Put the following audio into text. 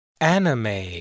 Anime